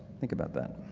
think about that.